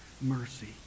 mercy